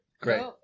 Great